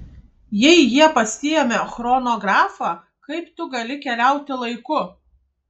jei jie pasiėmė chronografą kaip tu gali keliauti laiku